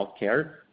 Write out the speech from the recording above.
healthcare